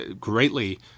greatly